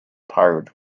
tired